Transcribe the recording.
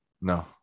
no